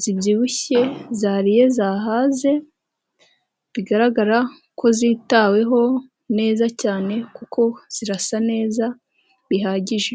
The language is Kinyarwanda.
zibyibushye, zariye zahaze. Bigaragara ko zitaweho neza cyane kuko zirasa neza bihagije.